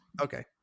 okay